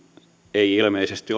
ei ilmeisesti